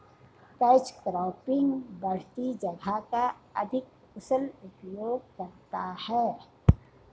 catch cropping बढ़ती जगह का अधिक कुशल उपयोग करता है